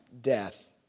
death